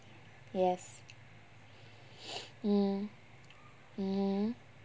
yes mm mmhmm